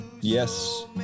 Yes